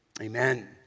Amen